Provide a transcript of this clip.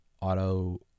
auto